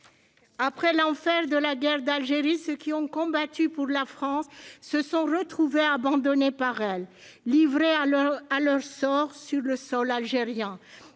Après l'enfer de la guerre d'Algérie, ceux qui ont combattu pour la France ont été abandonnés par elle. Ils ont été livrés à leur sort sur le sol algérien